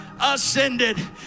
ascended